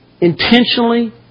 intentionally